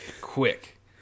Quick